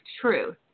truth